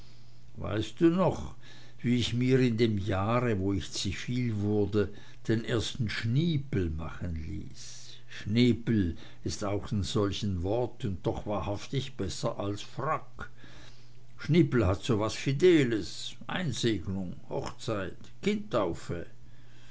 weißt du noch wie ich mir in dem jahre wo ich zivil wurde den ersten schniepel machen ließ schniepel is auch solch wort und doch wahrhaftig besser als frack schniepel hat so was fideles einsegnung hochzeit